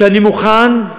שאני מוכן,